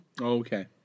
Okay